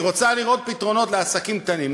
היא רוצה לראות פתרונות לעסקים קטנים,